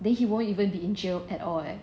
then he won't even be in jail at all eh